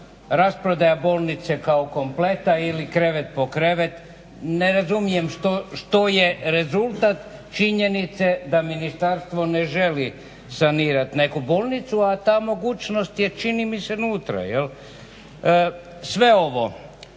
rasprodaja bolnice kao kompleta ili krevet po krevet? Na razumijem što je rezultat činjenice da ministarstvo ne želi sanirat neku bolnicu, a ta mogućnost je čini mi se nutra jel. Sve ovo